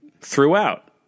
throughout